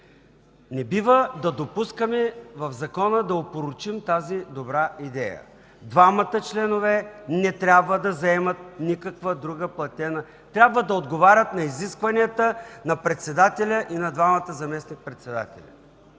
Не бива да допускаме в закона да опорочим тази добра идея. Двамата членове не трябва да заемат никаква друга платена дейност. Трябва да отговарят на изискванията за председателя и за двамата заместник-председатели.